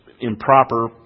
improper